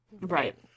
Right